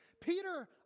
Peter